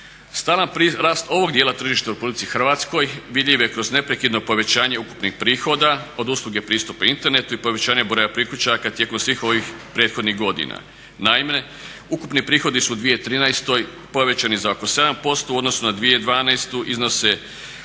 Stalan rast ovog djela tržišta u politici Hrvatskoj vidljiv je kroz neprekidno povećanje ukupnih prihoda od usluge pristupa internetu i povećanja broja priključaka tijekom svih ovih prethodnih godina. Naime, ukupni prihodi su u 2013. povećani za oko 7%. U odnosu na 2012. iznose